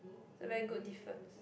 it's a very good difference